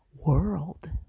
world